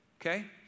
Okay